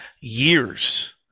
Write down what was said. years